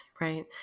right